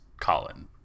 Colin